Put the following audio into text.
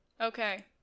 Okay